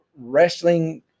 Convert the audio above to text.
wrestling